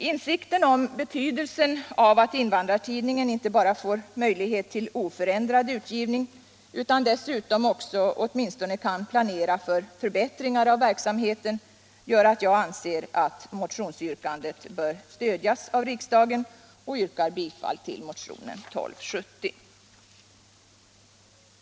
Insikten om betydelsen av att Invandrartidningen inte bara får möjlighet till oförändrad utgivning utan också åtminstone kan planera för förbättringar av verksamheten gör att jag anser att motionsyrkandet bör stödjas av riksdagen. Jag yrkar därför bifall till motionen 1270.